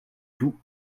toux